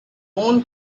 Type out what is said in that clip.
one